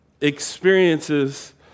experiences